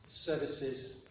services